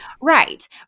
Right